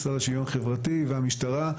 המשרד לשוויון חברתי והמשטרה,